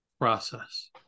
process